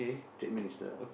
trade minister